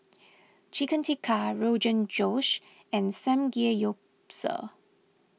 Chicken Tikka Rogan Josh and Samgeyopsal